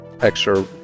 extra